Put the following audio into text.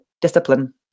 discipline